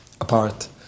apart